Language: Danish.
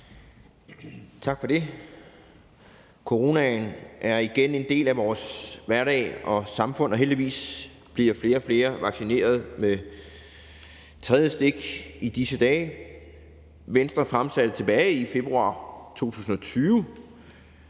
Tak for det. Coronaen er igen en del af vores hverdag og samfund, og heldigvis bliver flere og flere vaccineret med tredje stik i disse dage. Venstre fremsatte tilbage i februar 2020